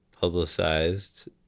publicized